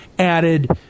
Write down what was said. Added